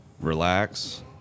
relax